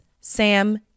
Sam